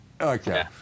okay